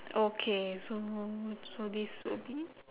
okay so so this will be